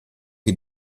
che